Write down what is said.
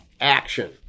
action